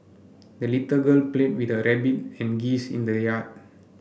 the little girl played with her rabbit and geese in the yard